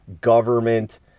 government